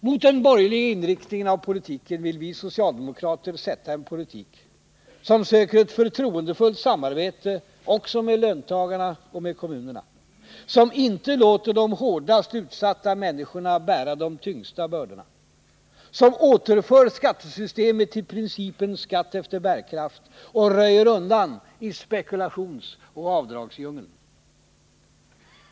Mot den borgerliga inriktningen av politiken vill vi socialdemokrater sätta en politik som söker ett förtroendefullt samarbete också med löntagarna och med kommunerna, som inte låter de hårdast utsatta människorna bära de tyngsta bördorna, som återför skattesystemet till principen skatt efter bärkraft och röjer undan i spekulationsoch avdragsdjungeln.